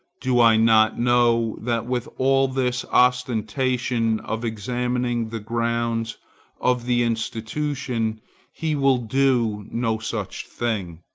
do i not know that with all this ostentation of examining the grounds of the institution he will do no such thing?